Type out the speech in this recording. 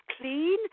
clean